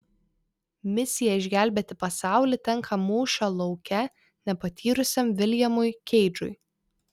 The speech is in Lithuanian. misija išgelbėti pasaulį tenka mūšio lauke nepatyrusiam viljamui keidžui